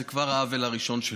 זה כבר העוול הראשון שלו.